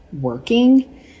working